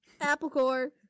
Applecore